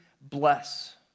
bless